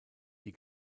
die